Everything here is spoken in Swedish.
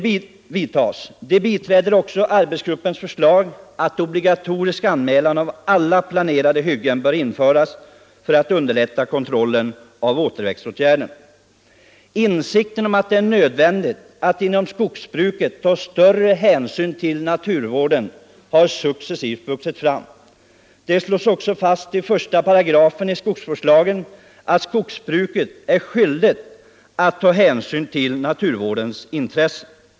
Länsstyrelsen biträder också arbetsgruppens Insikten om att det är nödvändigt att inom skogsbruket ta större hänsyn till naturvården har successivt vuxit fram. Det slås också fast i 158 i skogsvårdslagen att skogsbruket är skyldigt att ta hänsyn till naturvårdens intressen.